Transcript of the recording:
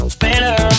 better